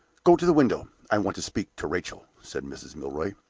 go to the window. i want to speak to rachel, said mrs. milroy.